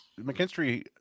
McKinstry